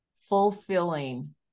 fulfilling